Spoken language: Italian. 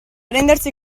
rendersi